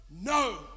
No